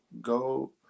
go